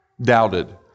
doubted